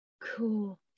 cool